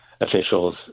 officials